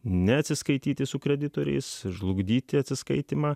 neatsiskaityti su kreditoriais žlugdyti atsiskaitymą